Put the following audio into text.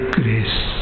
grace